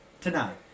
Tonight